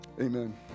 amen